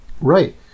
Right